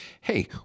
hey